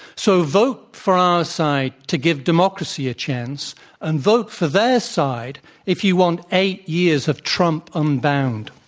so, vote for our side to give democracy a chance and vote for their side if you want eight years of trump unbound.